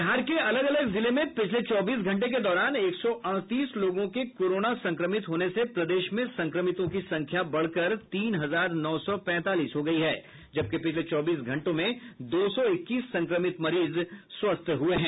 बिहार के अलग अलग जिले में पिछले चौबीस घंटे के दौरान एक सौ अड़तीस लोगों के कोरोना संक्रमित होने से प्रदेश में संक्रमितों की संख्या बढ़कर तीन हजार नौ सौ पैतालीस हो गयी है जबकि पिछले चौबीस घंटों में दो सौ इक्कीस संक्रमित मरीज स्वस्थ हुए हैं